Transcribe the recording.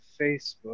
Facebook